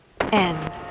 End